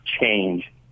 change